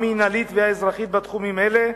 המינהלית והאזרחית בתחומים אלה,